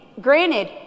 granted